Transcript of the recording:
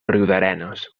riudarenes